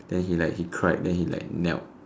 then he like he cried then he like knelt